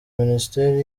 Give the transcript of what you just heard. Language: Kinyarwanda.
minisiteri